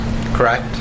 Correct